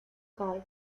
cae